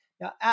Now